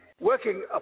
working